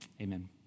amen